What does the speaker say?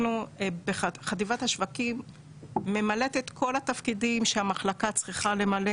חטיבת השווקים ממלאת את כל התפקידים שהמחלקה צריכה למלא,